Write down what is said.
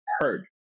heard